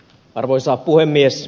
arvoisa puhemies